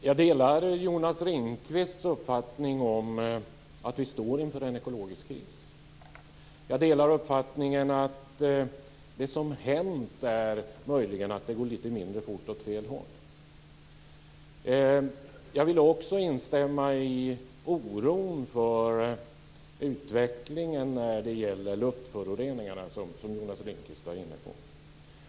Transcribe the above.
Herr talman! Jag delar Jonas Ringqvists uppfattning att vi står inför en ekologisk kris. Jag delar uppfattningen att det som möjligen hänt är att det går lite mindre fort och åt fel håll. Jag vill också instämma i oron för utvecklingen när det gäller luftföroreningarna, som Jonas Ringqvist var inne på.